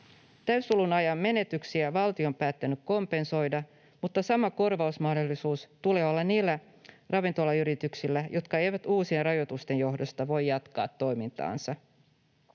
Täyssulun ajan menetyksiä valtio on päättänyt kompensoida, mutta sama korvausmahdollisuus tulee olla niillä ravintolayrityksillä, jotka eivät uusien rajoitusten johdosta voi jatkaa toimintaansa.